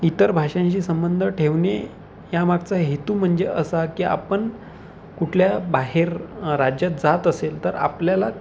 इतर भाषांशी संबंध ठेवणे या मागचा हेतू म्हणजे असा की आपण कुठल्या बाहेर राज्यात जात असेल तर आपल्याला